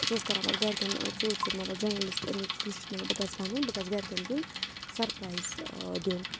سُہ اوس کَران پَتہٕ گَرِکٮ۪ن ژوٗرِ ژوٗرِ مطلب جٔرنٛلِسٹ اَمیُک کوٗشِش مطلب بہٕ گژھٕ بَنُن بہٕ گژھٕ گَرِکٮ۪ن دیُن سَرپرایِز دیُن